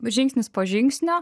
bet žingsnis po žingsnio